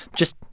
just,